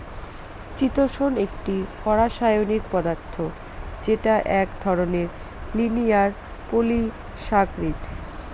চিতোষণ একটি অরাষায়নিক পদার্থ যেটা এক ধরনের লিনিয়ার পলিসাকরীদ